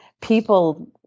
people